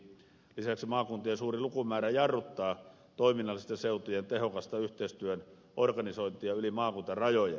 lisäksi maakuntien suuri lukumäärä jarruttaa toiminnallisten seutujen tehokasta yhteistyön organisointia yli maakuntarajojen